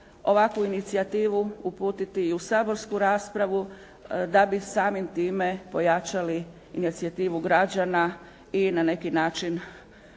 ovakvu inicijativu uputiti i u saborsku raspravu da bi samim time pojačali inicijativu građana i na neki način